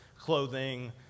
clothing